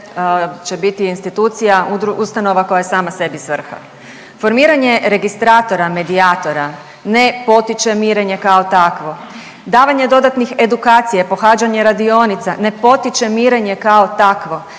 će biti institucija, ustanova koja je sama sebi svrha. Formiranje registratora medijatora ne potiče mirenje kao takvo. Davanje dodatnih edukacija i pohađanje radionica ne potiče mirenje kao takvo.